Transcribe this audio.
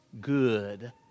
good